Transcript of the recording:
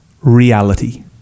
reality